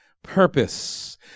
purpose